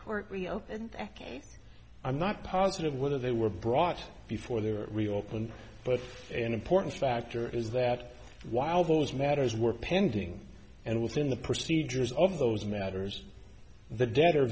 court and i'm not positive whether they were brought before they were reopened but an important factor is that while those matters were pending and within the procedures of those matters the de